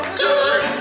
good